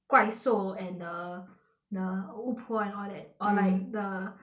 怪兽 and the the 巫婆 and all that or mm like the